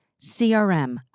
CRM